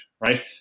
right